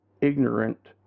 ignorant